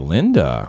Linda